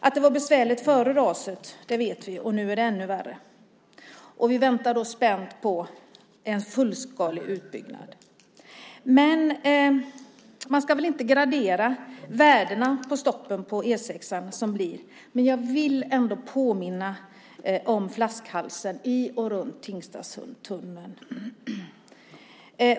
Att det var besvärligt före raset vet vi, och nu är det ännu värre. Vi väntar spänt på en fullskalig utbyggnad. Man ska väl inte gradera de stopp som uppstår på E 6:an, men jag vill ändå påminna om flaskhalsen i och runt Tingstadstunneln.